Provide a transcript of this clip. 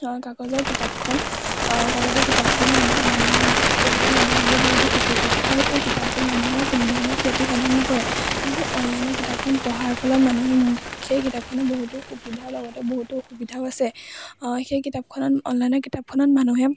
কাগজৰ কিতাপখন কাগজৰ কিতাপখনে মানুহ মানুহ পঢ়িলে মানুহৰ বাবে বহুতো উপযোগী আৰু এই কিতাপে মানুহৰ কোনো ধৰণৰ ক্ষতিসাধন নকৰে কিন্তু অনলাইনৰ কিতাপখন পঢ়াৰ ফলত মানুহে সেই কিতাপখনৰ বহুতো সুবিধাৰ লগতে বহুতো অসুবিধাও আছে সেই কিতাপখনত অনলাইনৰ কিতাপখনত মানুহে